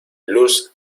luz